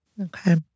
Okay